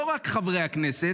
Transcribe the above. לא רק חברי הכנסת,